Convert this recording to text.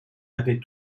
avait